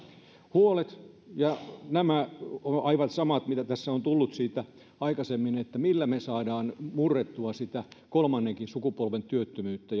huolet ovat nämä aivan samat mitä tässä on tullut esille aikaisemmin että millä me saamme murrettua sitä kolmannenkin sukupolven työttömyyttä